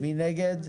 מי נגד?